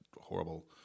horrible